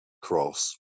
cross